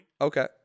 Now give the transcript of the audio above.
Okay